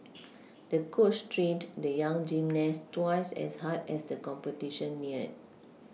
the coach trained the young gymnast twice as hard as the competition neared